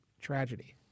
tragedy